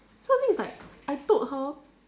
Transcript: so the thing is like I told her